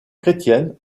chrétienne